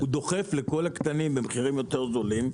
הוא דוחף לכל הקטנים במחירים יותר זולים.